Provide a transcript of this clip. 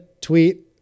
tweet